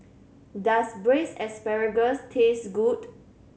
does Braised Asparagus taste good